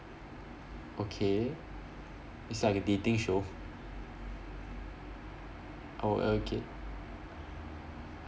okay it's like a dating show oh okay